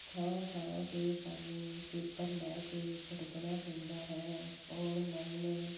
ਥਾਂ ਥਾਂ 'ਤੇ ਸਾਨੂੰ ਪੇਪਰ ਲੈ ਕੇ ਭਟਕਣਾ ਪੈਂਦਾ ਹੈ ਔਨਲਾਈਨ